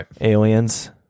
aliens